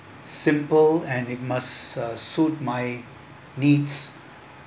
simple and it must uh suit my needs